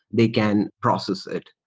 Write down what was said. they can process it.